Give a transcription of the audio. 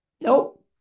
nope